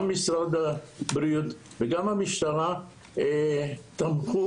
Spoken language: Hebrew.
גם משרד הבריאות וגם המשטרה תמכו,